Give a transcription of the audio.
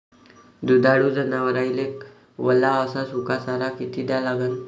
दुधाळू जनावराइले वला अस सुका चारा किती द्या लागन?